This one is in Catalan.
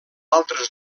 altres